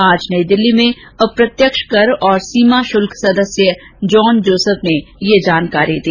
आज नई दिल्ली में अप्रत्यक्ष कर और सीमा शुल्क सदस्य जॉन जोसफ ने ये जानकारी दी